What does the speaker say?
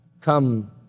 come